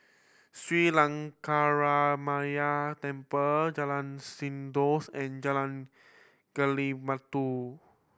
Sri Lankaramaya Temple Jalan Sindors and Jalan Gali Batu